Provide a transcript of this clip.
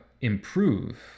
improve